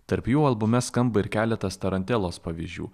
tarp jų albume skamba ir keletas tarantelos pavyzdžių